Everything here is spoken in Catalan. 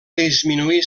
disminuir